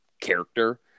character